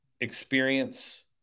experience